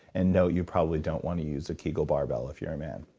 and no, you probably don't want to use a kegel barbell if you're a man.